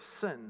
sin